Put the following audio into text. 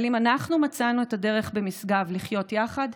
אבל אם אנחנו מצאנו את הדרך במשגב לחיות ביחד,